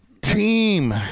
Team